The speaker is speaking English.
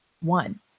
one